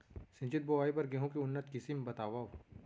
सिंचित बोआई बर गेहूँ के उन्नत किसिम बतावव?